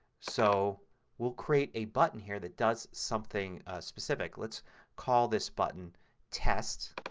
so we'll create a button here that does something specific. let's call this button test.